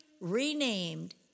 renamed